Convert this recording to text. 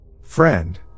Friend